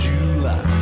July